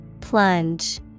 Plunge